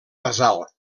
basal